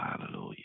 hallelujah